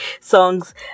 songs